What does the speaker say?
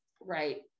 right